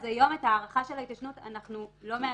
היום, את ההארכה של ההתיישנות אנחנו לא מאשרים.